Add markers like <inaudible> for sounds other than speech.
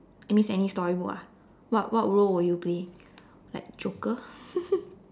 it means any story book ah what what role will you play like joker <laughs>